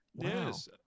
Yes